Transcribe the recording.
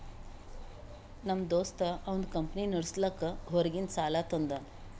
ನಮ್ ದೋಸ್ತ ಅವಂದ್ ಕಂಪನಿ ನಡುಸ್ಲಾಕ್ ಹೊರಗಿಂದ್ ಸಾಲಾ ತಂದಾನ್